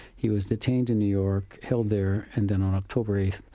he was detained in new york, held there and then on october eight,